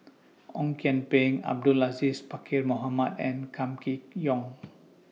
Ong Kian Peng Abdul Aziz Pakkeer Mohamed and Kam Kee Yong